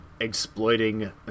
exploiting